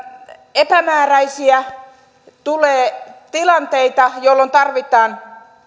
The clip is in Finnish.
epämääräisiä tulee tilanteita jolloin tarvitaan